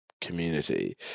community